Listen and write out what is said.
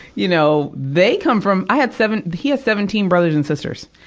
you know, they come from i had seven, he had seventeen brothers and sisters.